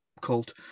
cult